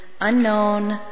unknown